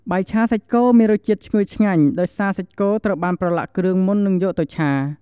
បាយឆាសាច់គោមានរសជាតិឈ្ងុយឆ្ងាញ់ ដោយសារសាច់គោត្រូវបានប្រឡាក់គ្រឿងមុននឹងយកទៅឆា។